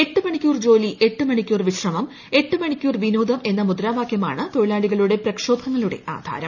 എട്ട് മണിക്കൂർ ജോലി എട്ട് മണിക്കൂർ വിശ്രമം എട്ട് മണിക്കൂർ വിനോദം എന്ന മുദ്രാവാക്യമാണ് തൊഴിലാളികളുടെ പ്രക്ഷോഭങ്ങളുടെ ആധാരം